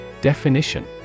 Definition